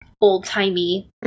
old-timey